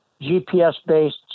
GPS-based